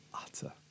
utter